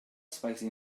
spicy